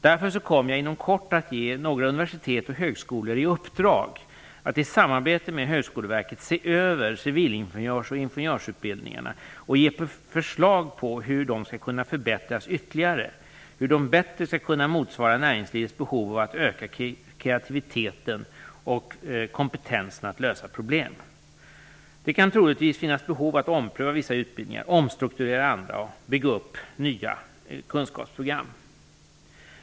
Därför kommer jag inom kort att ge några universitet och högskolor i uppdrag att i samarbete med Högskoleverket se över civilingenjörs och ingenjörsutbildningarna och ge förslag på hur dessa kan förbättras ytterligare, hur de bättre skall kunna motsvara näringslivets behov av att öka kreativiteten och kompetensen att lösa problem. Det kan troligtvis finnas behov av att ompröva vissa utbildningar, omstrukturera andra och bygga upp nya kunskapsprogram.